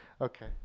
Okay